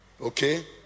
okay